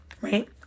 right